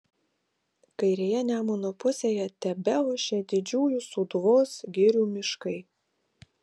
kairėje nemuno pusėje tebeošė didžiųjų sūduvos girių miškai